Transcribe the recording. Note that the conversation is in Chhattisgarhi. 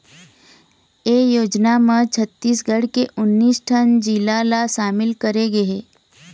ए योजना म छत्तीसगढ़ के उन्नीस ठन जिला ल सामिल करे गे हे